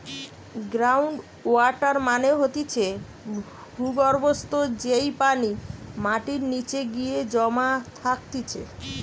ground water মানে হতিছে ভূর্গভস্ত, যেই পানি মাটির নিচে গিয়ে জমা থাকতিছে